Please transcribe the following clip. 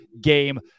game